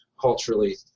culturally